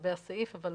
לגבי הסעיף, אבל